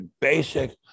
basic